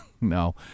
no